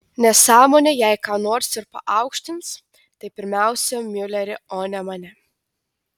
nesąmonė jei ką nors ir paaukštins tai pirmiausia miulerį o ne mane